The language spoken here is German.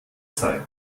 zeit